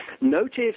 Notice